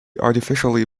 artificially